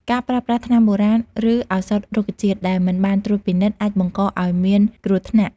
ការប្រើប្រាស់ថ្នាំបុរាណ ឬឱសថរុក្ខជាតិ ដែលមិនបានត្រួតពិនិត្យ អាចបង្កឱ្យមានគ្រោះថ្នាក់។